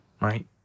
Right